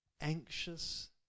anxious